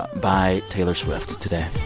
by taylor swift today